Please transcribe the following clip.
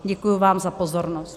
Děkuji vám za pozornost.